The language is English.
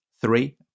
Three